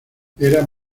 era